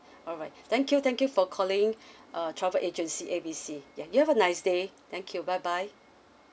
alright thank you thank you for calling err travel agency A B C ya you have a nice day thank you bye bye